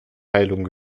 heilung